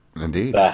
Indeed